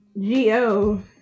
G-O